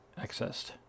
accessed